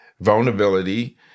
vulnerability